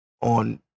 on